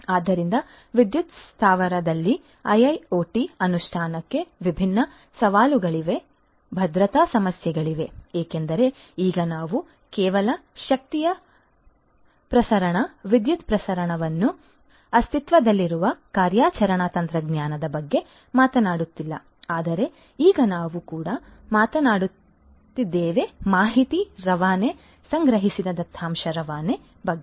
ಆದ್ದರಿಂದ ವಿದ್ಯುತ್ ಸ್ಥಾವರದಲ್ಲಿ ಐಐಒಟಿ ಅನುಷ್ಠಾನಕ್ಕೆ ವಿಭಿನ್ನ ಸವಾಲುಗಳಿವೆ ಭದ್ರತಾ ಸಮಸ್ಯೆಗಳಿವೆ ಏಕೆಂದರೆ ಈಗ ನಾವು ಕೇವಲ ಶಕ್ತಿಯ ಪ್ರಸರಣ ವಿದ್ಯುತ್ ಪ್ರಸರಣವನ್ನು ಅಸ್ತಿತ್ವದಲ್ಲಿರುವ ಕಾರ್ಯಾಚರಣಾ ತಂತ್ರಜ್ಞಾನದ ಬಗ್ಗೆ ಮಾತನಾಡುತ್ತಿಲ್ಲ ಆದರೆ ಈಗ ನಾವು ಕೂಡ ಮಾತನಾಡುತ್ತಿದ್ದೇವೆ ಮಾಹಿತಿ ರವಾನೆ ಸಂಗ್ರಹಿಸಿದ ದತ್ತಾಂಶ ರವಾನೆ ಬಗ್ಗೆ